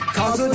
Cause